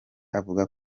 avuga